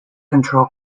control